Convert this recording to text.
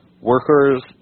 Workers